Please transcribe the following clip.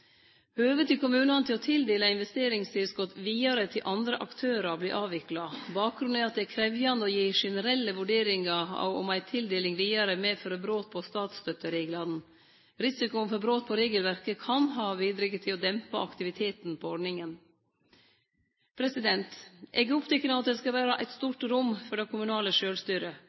Høvet til kommunane til å tildele investeringstilskot vidare til andre aktørar vert avvikla. Bakgrunnen er at det er krevjande å gi generelle vurderingar av om ei tildeling vidare medfører brot på statsstøttereglane. Risikoen for brot på regelverket kan ha bidrege til å dempe aktiviteten på ordninga. Eg er oppteken av at det skal vere eit stort rom for det kommunale sjølvstyret.